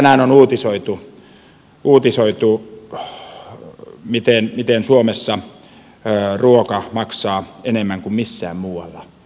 tänään on uutisoitu miten suomessa ruoka maksaa enemmän kuin missään muualla